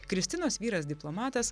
kristinos vyras diplomatas